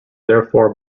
therefore